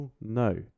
No